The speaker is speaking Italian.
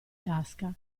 tasca